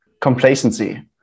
complacency